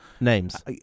Names